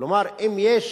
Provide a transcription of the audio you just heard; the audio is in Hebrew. כלומר, אם יש